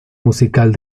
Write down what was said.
musical